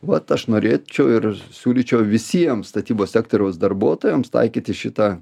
vat aš norėčiau ir siūlyčiau visiems statybos sektoriaus darbuotojams taikyti šitą